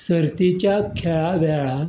सर्तीच्या खेळावेळार